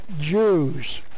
Jews